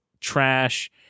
trash